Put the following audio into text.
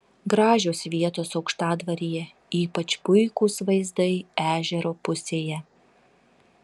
gražios vietos aukštadvaryje ypač puikūs vaizdai ežero pusėje